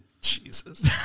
Jesus